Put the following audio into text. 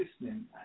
listening